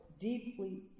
deeply